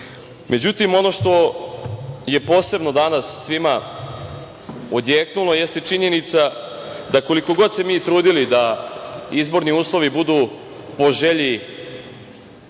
ono što je posebno danas svima odjeknulo jeste činjenica da, koliko god se mi trudili da izborni uslovi budu po želji